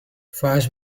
fires